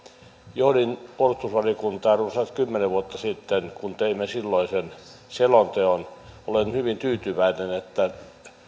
johdin puolustusvaliokuntaa runsaat kymmenen vuotta sitten kun teimme silloisen selonteon olen hyvin tyytyväinen että